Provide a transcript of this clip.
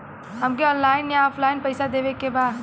हमके ऑनलाइन या ऑफलाइन पैसा देवे के बा?